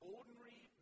Ordinary